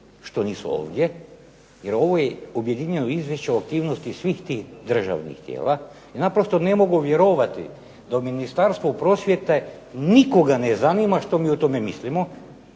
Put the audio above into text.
što nisu ovdje, jer ovo je objedinjeno izvješće aktivnosti svih tih državnih tijela, i naprosto ne mogu vjerovati da Ministarstvo prosvjete nikoga ne zanima što mi o tome mislimo,